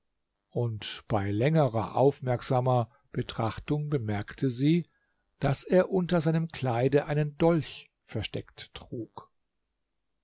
und bei längerer aufmerksamer betrachtung bemerkte sie daß er unter seinem kleide einen dolch versteckt trug